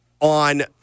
on